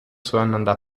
zueinander